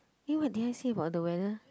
eh what did I say about the weather